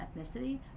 ethnicity